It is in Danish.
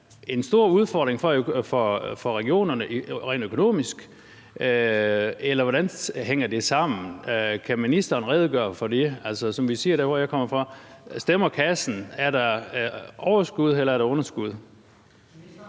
en stor udfordring for regionerne rent økonomisk, eller hvordan hænger det sammen? Kan ministeren redegøre for det? Som vi siger der, hvor jeg kommer